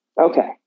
Okay